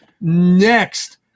Next